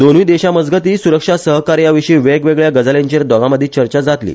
दोनुय देशामजगती सुरक्षा सहकार्याविशी वेगवेगळ्या गजालीचेर दोगामदी चर्चा जातली